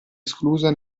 esclusa